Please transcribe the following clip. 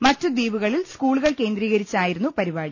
മറ്റു ദ്വീപു കളിൽ സ്കുളുകൾ കേന്ദ്രീകരിച്ചായിരുന്നു പരിപാടി